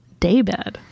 daybed